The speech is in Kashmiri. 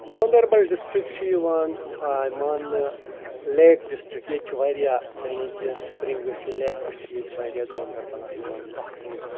گانٛدربل ڈِسٹرک چھُ یِوان ماننہٕ لیک ڈِسٹرک ییٚتہِ چھُ وارِیاہ یعنی کہِ سپرنٛگٕس چھِ لٮ۪کٕس چھِ ییٚتہِ وارِیاہ گانٛدربلس منٛز اکھ چیٖز